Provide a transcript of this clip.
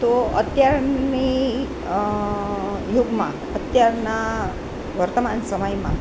તો અત્યારના યુગમાં અત્યારના વર્તમાન સમયમાં